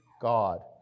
God